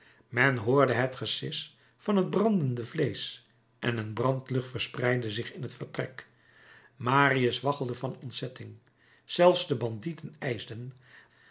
men hoorde het gesis van het brandende vleesch en een brandlucht verspreidde zich in het vertrek marius waggelde van ontzetting zelfs de bandieten ijsden